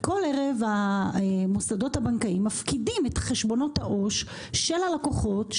כל ערב המוסדות הבנקאים פקידים את חשבונות עו"ש של הלקוחות,